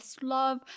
love